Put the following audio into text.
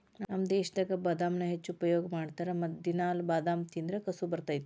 ನಮ್ಮ ದೇಶದಾಗ ಬಾದಾಮನ್ನಾ ಹೆಚ್ಚು ಉಪಯೋಗ ಮಾಡತಾರ ಮತ್ತ ದಿನಾಲು ಬಾದಾಮ ತಿಂದ್ರ ಕಸು ಬರ್ತೈತಿ